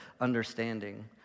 understanding